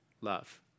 love